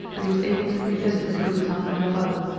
that he was able to revisit the good town of laval.